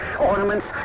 Ornaments